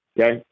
okay